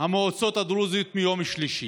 המועצות הדרוזיות ביום שלישי.